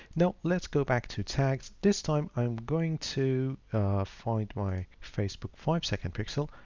now let's go back to tags. this time, i'm going to find my facebook five second pixel,